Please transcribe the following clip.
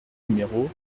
numéro